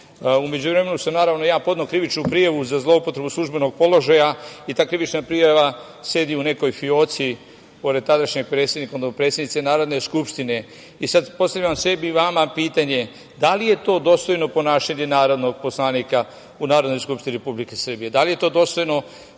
međuvremenu sam ja naravno, podneo krivičnu prijavu za zloupotrebu službenog položaja i ta krivična prijava sedi u nekoj fioci, pored tadašnjeg predsednika, odnosno predsednice Narodne skupštine i sada postavljam sebi i vama pitanje – da li je to dostojno ponašanje narodnog poslanika u Narodnoj skupštini Republike Srbije? Da li to govori